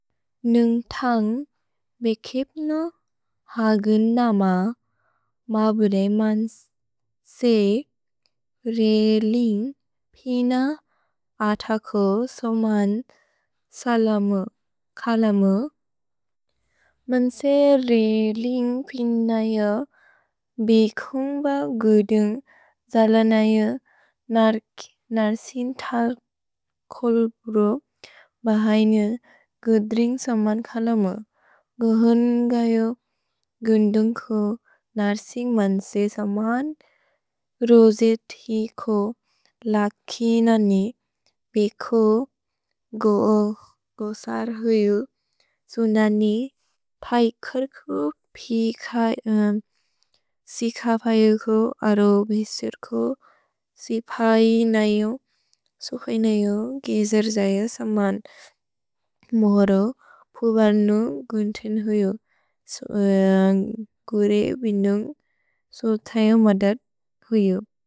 नुन्ग् थन्ग् बेकेप्नु हगुन् नम मबुदे मन्से रे लिन्ग् पिन अथको सोमन् सलमु कलमु। मन्से रे लिन्ग् पिन अथको सोमन् सलमु कलमु। मन्से रे लिन्ग् पिन अथको सोमन् सलमु कलमु। सु ननि पैकर्कु, सि कपयकु, अरो बिसिर्कु, सि पायिनयु, सुखिनयु, गिजिर् जय सोमन् मोरो पुल्बनु गुन्तेन् हुयु। गुरे विनुन्ग् सो तयमदत् हुयु।